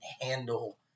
handle